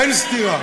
אין סתירה.